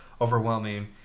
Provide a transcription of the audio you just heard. overwhelming